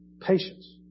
patience